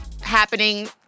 happening